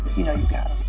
you know you got